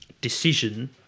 decision